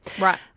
Right